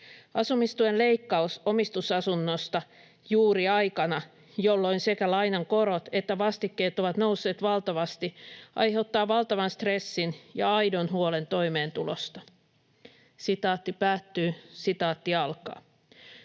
Asumistuen leikkaus omistusasunnosta juuri aikana, jolloin sekä lainan korot että vastikkeet ovat nousseet valtavasti, aiheuttaa valtavan stressin ja aidon huolen toimeentulosta." "Olen juuri täyttänyt 18 vuotta, ja